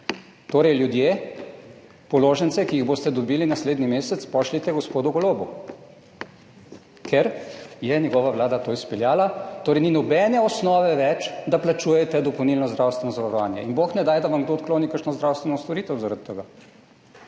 Torej, ljudje, položnice, ki jih boste dobili naslednji mesec, pošljite gospodu Golobu, ker je njegova vlada to izpeljala, torej ni nobene osnove več, da plačujete dopolnilno zdravstveno zavarovanje. In bog ne daj, da vam kdo odkloni kakšno zdravstveno storitev zaradi tega,